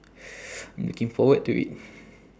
I'm looking forward to it